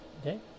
okay